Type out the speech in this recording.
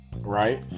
right